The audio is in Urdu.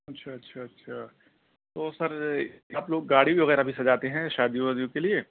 اچھا اچھا اچھا تو سر آپ لوگ گاڑی وغیرہ بھی سجاتے ہیں شادیوں وادیوں کے لیے